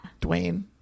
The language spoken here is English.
Dwayne